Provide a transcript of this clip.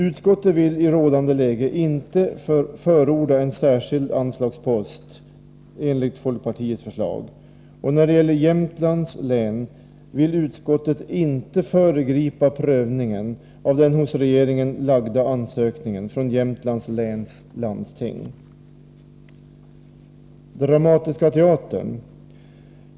Utskottet vill i rådande läge inte förorda en särskild anslagspost enligt folkpartiets förslag, och när det gäller Jämtlands län vill utskottet inte föregripa prövningen av den till regeringen inlämnade ansökan från Jämtlands läns landsting.